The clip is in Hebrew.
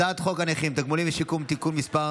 הצעת חוק הנכים (תגמולים ושיקום) (תיקון מס'